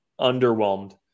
underwhelmed